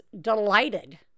delighted